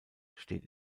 steht